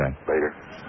Later